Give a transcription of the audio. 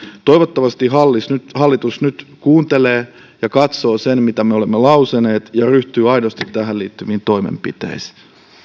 toivottavasti hallitus nyt hallitus nyt kuuntelee ja katsoo mitä me olemme lausuneet ja ryhtyy aidosti tähän liittyviin toimenpiteisiin